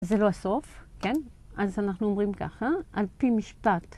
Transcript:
זה לא הסוף, כן? אז אנחנו אומרים ככה, על פי משפט